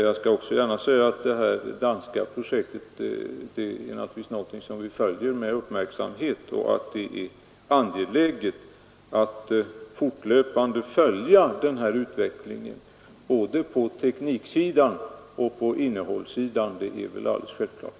Jag vill också gärna säga att det danska projektet är någonting som vi följer med uppmärksamhet. Att det är angeläget att fortlöpande följa denna utveckling både på tekniksidan och på innehållssidan är väl alldeles självklart.